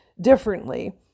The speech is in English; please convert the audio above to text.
differently